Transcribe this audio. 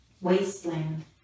Wasteland